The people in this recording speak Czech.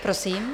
Prosím.